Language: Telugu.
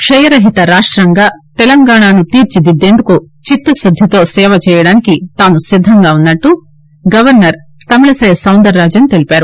క్షయ రహిత రాష్టంగా తెలంగాణను తీర్చిదిద్దేందుకు చిత్తశుద్దితో సేవ చేసేందుకు తాను సిద్ధంగా ఉన్నట్టు గవర్నర్ డాక్టర్ తమిళిసై సౌందరరాజన్ తెలిపారు